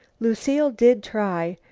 lucile did try.